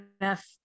enough